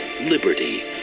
Liberty